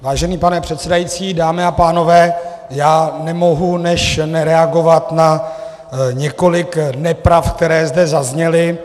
Vážený pane předsedající, dámy a pánové, já nemohu než reagovat na několik nepravd, které zde zazněly.